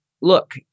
look